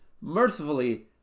mercifully